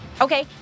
Okay